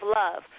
love